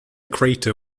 crater